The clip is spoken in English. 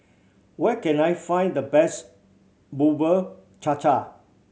where can I find the best Bubur Cha Cha